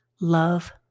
Love